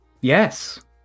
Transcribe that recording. Yes